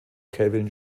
kelvin